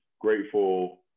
grateful